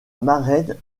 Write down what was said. marraine